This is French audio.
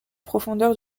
profondeur